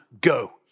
go